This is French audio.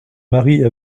marie